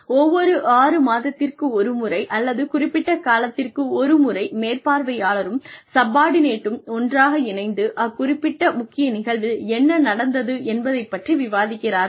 ஒவ்வொரு ஆறு மாதத்திற்கு ஒருமுறை அல்லது குறிப்பிட்ட காலத்திற்கு ஒருமுறை மேற்பார்வையாளரும் சப்பார்ட்டினேட்டும் ஒன்றாக இணைந்து அக்குறிப்பிட்ட முக்கிய நிகழ்வில் என்ன நடந்தது என்பதைப் பற்றி விவாதிக்கிறார்கள்